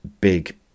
big